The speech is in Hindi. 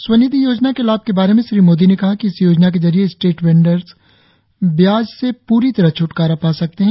स्वनिधि योजना के लाभ के बारे में श्री मोदी ने कहा कि इस योजना के जरिए स्ट्रीट वैंडर ब्याज से पूरी तरह छ्टकारा पा सकते हैं